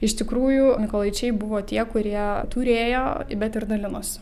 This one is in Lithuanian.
iš tikrųjų mykolaičiai buvo tie kurie turėjo bet ir dalinosi